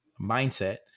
mindset